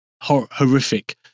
horrific